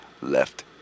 left